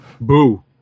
Boo